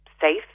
safe